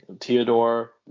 theodore